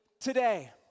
today